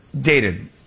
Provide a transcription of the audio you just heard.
dated